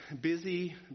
busy